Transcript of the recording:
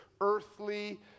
earthly